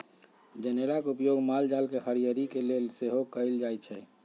जनेरा के उपयोग माल जाल के हरियरी के लेल सेहो कएल जाइ छइ